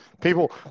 People